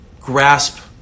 grasp